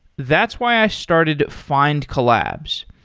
that's why i started findcollabs.